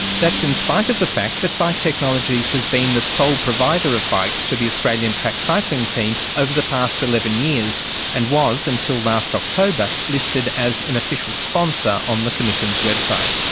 that's in spite of the fact that bike technologies has been the sole provider of bikes to the australian track cycling team over the past eleven years and was, until last october, listed as an official sponsor on the commission's website.